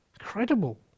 Incredible